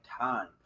time